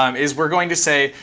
um is we're going to say,